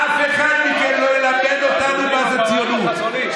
אף אחד מכם לא ילמד אותנו מה זה ציונות.